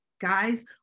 guys